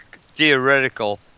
theoretical